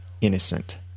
innocent